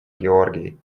георгий